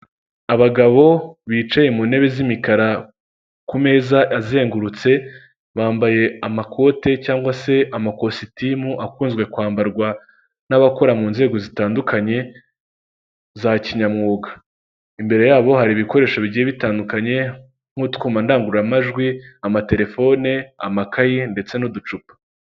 Abagabo bicaye mu ntebe z'imikara ku meza azengurutse, bambaye amakote cyangwa se amakositimu akunzwe kwambarwa n'abakora mu nzego zitandukanye za kinyamwuga, imbere yabo hari ibikoresho bigiye bitandukanye nk'utwuma ndangururamajwi, amatelefone, amakaye ndetse n'uducupa.